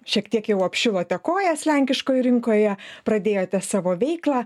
šiek tiek jau apšilote kojas lenkiškoj rinkoje pradėjote savo veiklą